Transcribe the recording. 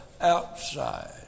outside